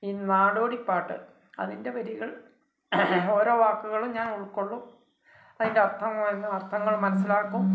ഈ നാടോടിപ്പാട്ട് അതിൻ്റെ വരികൾ ഓരോ വാക്കുകളും ഞാൻ ഉൾക്കൊള്ളും അതിൻ്റെ അർത്ഥം വരുന്ന അർത്ഥങ്ങൾ മനസ്സിലാക്കും